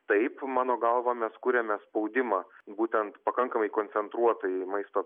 taip mano galva mes kuriame spaudimą būtent pakankamai koncentruotai maisto